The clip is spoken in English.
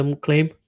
claim